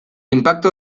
impacto